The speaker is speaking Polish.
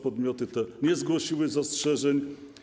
Podmioty te nie zgłosiły zastrzeżeń.